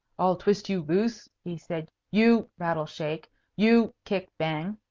i'll twist you loose, he said, you rattle, shake you kick, bang